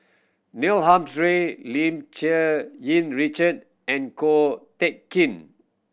Neil Humphrey Lim Cherng Yih Richard and Ko Teck Kin